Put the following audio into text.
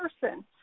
person